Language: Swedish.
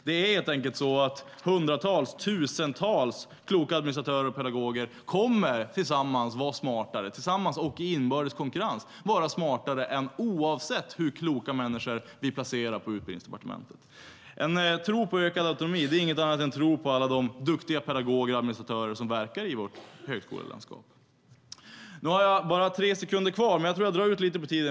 Det är helt enkelt så att hundratals och tusentals kloka administratörer och pedagoger tillsammans och i inbördes konkurrens kommer att vara smartare, oavsett hur kloka människor vi placerar på Utbildningsdepartementet. En tro på ökad autonomi är inget annat än en tro på alla de duktiga pedagoger och administratörer som verkar i vårt högskolelandskap. Nu har jag bara tre sekunder kvar, men jag tror att jag drar ut lite på tiden.